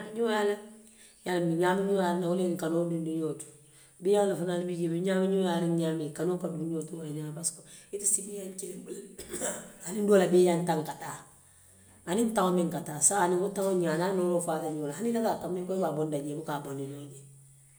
Ñaamiñonyaariŋ, i ye a loŋ nbe ñaamiñonyaa wo le ye n kanoodundi ñonto. Beeyaŋolu fanaŋ be ñaamiñon yaariŋ ñaamiŋ wo le ye i kanoo dundi ñonto wo le ñaama, parisek ite la kiliŋ aniŋbeeyaaŋo taŋ ka taa, aniŋ taŋo miŋ taa aniŋ a nooroo faata ñoŋla. Hani i ko i taata i ko i be a bondi la je i buka a bondi noo jee.